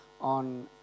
on